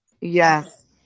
yes